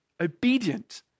Obedient